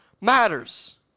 matters